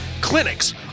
clinics